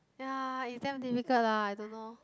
ya it damn difficult lah I don't know